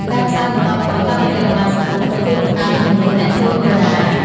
ការផ្សាយបន្តផ្ទាល់ តាមរយៈបណ្តាញសង្គមក៏ជួយបង្កើនចំនួនអ្នកចូលមើលដែរ។